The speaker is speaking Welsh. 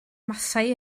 mathau